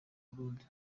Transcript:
burundi